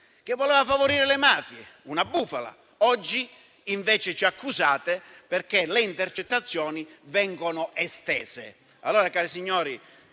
che voleva favorire le mafie. Oggi invece ci accusate perché le intercettazioni vengono estese.